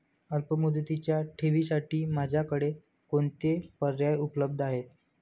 अल्पमुदतीच्या ठेवींसाठी माझ्याकडे कोणते पर्याय उपलब्ध आहेत?